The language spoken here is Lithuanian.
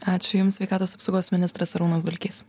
ačiū jums sveikatos apsaugos ministras arūnas dulkys